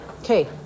Okay